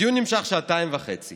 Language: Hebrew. הדיון נמשך שעתיים וחצי